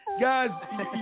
Guys